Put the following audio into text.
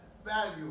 value